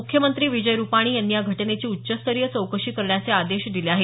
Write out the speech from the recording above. मुख्यमंत्री विजय रुपाणी यांनी या घटनेची उच्चस्तरीय चौकशी करण्याचे आदेश दिले आहेत